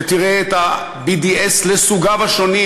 שתראה את ה-BDS לסוגיו השונים,